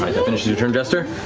finishes your turn, jester?